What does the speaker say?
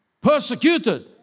Persecuted